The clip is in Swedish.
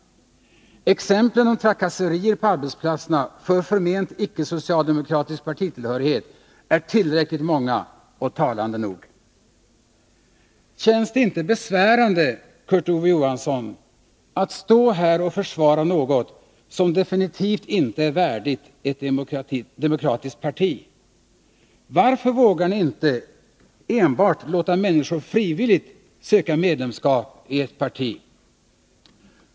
Exemplen på trakasserier på arbetsplatserna för förment icke socialdemokratisk partitillhörighet är tillräckligt många och talande nog. Känns det inte besvärande, Kurt Ove Johansson, att stå här och försvara något som definitivt inte är värdigt ett demokratiskt parti? Varför vågar ni inte enbart låta människor frivilligt söka medlemskap i ert parti?